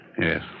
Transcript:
Yes